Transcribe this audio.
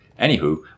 Anywho